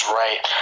right